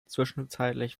zwischenzeitlich